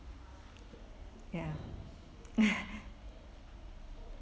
ya